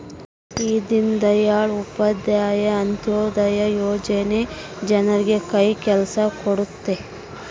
ಈ ದೀನ್ ದಯಾಳ್ ಉಪಾಧ್ಯಾಯ ಅಂತ್ಯೋದಯ ಯೋಜನೆ ಜನರಿಗೆ ಕೈ ಕೆಲ್ಸ ಕೊಡುತ್ತೆ